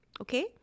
okay